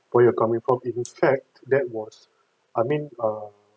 where you're coming from in fact that was I mean err